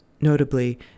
notably